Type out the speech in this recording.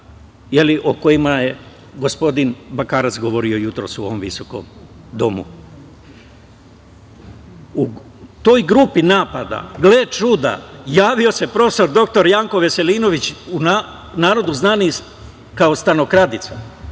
pokreta o kojima je gospodin Bakarec govorio jutros u ovom visokom domu. U toj grupi napada, gle čuda, javio se prof. dr Janko Veselinović, u narodu znani kao „stanokradica“.